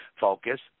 Focus